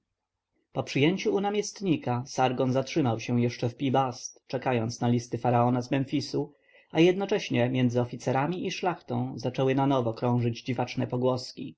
przyjęciu u namiestnika sargon zatrzymał się jeszcze w pi-bast czekając na listy faraona z memfisu a jednocześnie między oficerami i szlachtą zaczęły na nowo krążyć dziwaczne pogłoski